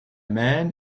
man